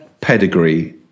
pedigree